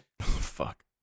fuck